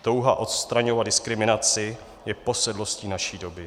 Touha odstraňovat diskriminaci je posedlostí naší doby.